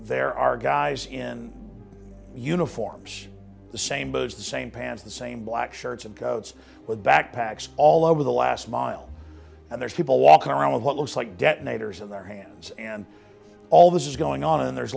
there are guys in uniforms the same goes the same pants the same black shirts and codes with backpacks all over the last mile and there are people walking around with what looks like detonators in their hands and all this is going on and there's